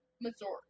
Missouri